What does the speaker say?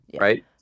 right